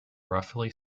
roughly